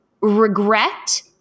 Regret